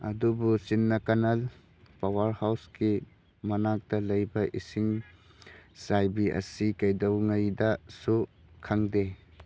ꯑꯗꯨꯕꯨ ꯆꯤꯟꯅꯀꯥꯅꯥꯜ ꯄꯥꯋꯥꯔ ꯍꯥꯎꯁꯀꯤ ꯃꯅꯥꯛꯇ ꯂꯩꯕ ꯏꯁꯤꯡ ꯆꯥꯏꯕꯤ ꯑꯁꯤ ꯀꯩꯗꯧꯉꯩꯗꯁꯨ ꯈꯪꯗꯦ